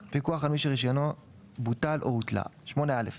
פיקוח על מי שרישיונו בוטל או הותלה 8. (א)